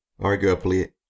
arguably